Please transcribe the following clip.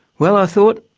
well i thought,